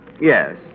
Yes